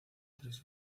tres